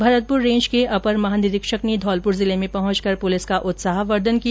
Bharatpur range के अपर महानिरीक्षक ने धौलपुर जिले में पहुंचकर पुलिस का उत्साहवर्द्धन किया